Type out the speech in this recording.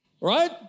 Right